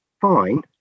fine